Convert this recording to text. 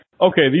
okay